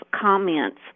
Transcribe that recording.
comments